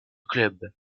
club